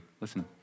Listen